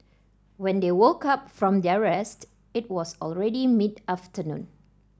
when they woke up from their rest it was already mid afternoon